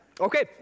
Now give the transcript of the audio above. Okay